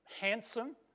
handsome